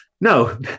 No